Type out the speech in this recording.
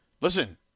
listen